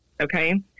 okay